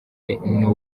n’u